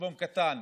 חשבון קטן,